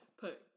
put